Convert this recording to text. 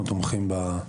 אנחנו תומכים בנוסח.